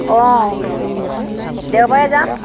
অঁ দেওবাৰে যাম